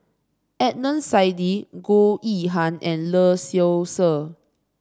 Adnan Saidi Goh Yihan and Lee Seow Ser